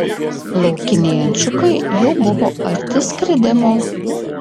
laukiniai ančiukai jau buvo arti skridimo